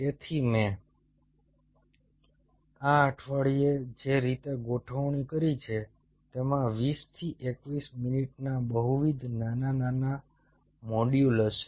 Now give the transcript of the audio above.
તેથી મેં આ અઠવાડિયે જે રીતે ગોઠવણી કરી છે તેમાં 20 થી 21 મિનિટના બહુવિધ નાના મોડ્યુલ હશે